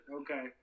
Okay